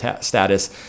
status